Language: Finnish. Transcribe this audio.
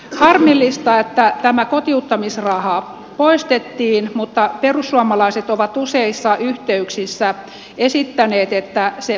harmillista että tämä kotiuttamisraha poistettiin mutta perussuomalaiset ovat useissa yhteyksissä esittäneet että se palautettaisiin